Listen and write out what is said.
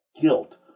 guilt